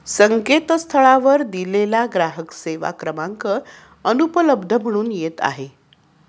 संकेतस्थळावर दिलेला ग्राहक सेवा क्रमांक अनुपलब्ध म्हणून येत आहे